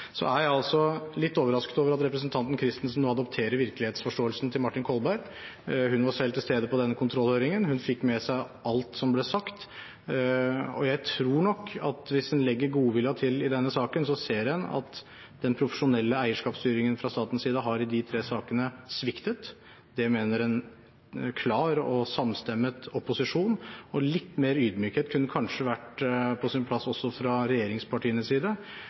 Jeg er litt overrasket over at representanten Christensen adopterer virkelighetsforståelsen til Martin Kolberg. Hun var selv til stede på kontrollhøringen og fikk med seg alt som ble sagt, og jeg tror nok – hvis man legger godviljen til i denne saken – at man ser at den profesjonelle eierskapsstyringen fra statens side har sviktet i de tre sakene. Det mener en klar og samstemt opposisjon. Litt mer ydmykhet fra regjeringspartienes side kunne kanskje også vært på sin plass,